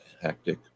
hectic